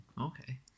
Okay